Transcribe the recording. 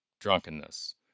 drunkenness